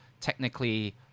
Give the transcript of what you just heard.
technically